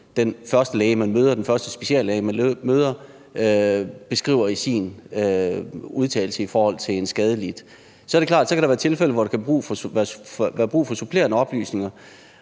den første speciallæge, man møder, beskriver i sin udtalelse i forhold til en skadelidt. Så er det klart, at der kan være tilfælde, hvor der kan være brug for supplerende oplysninger,